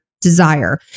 desire